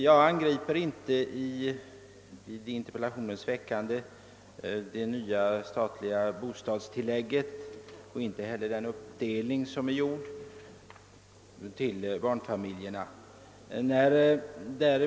Jag angriper i interpellationen inte det nya bostadstillägget och inte heller uppdelningen mellan barnfamiljerna.